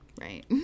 right